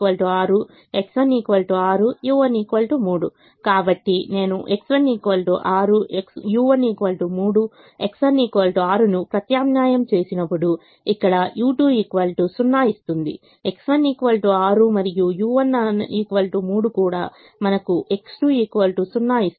కాబట్టి నేను X1 6 u1 3 X1 6 ను ప్రత్యామ్నాయం చేసినప్పుడు ఇక్కడ u2 0 ఇస్తుంది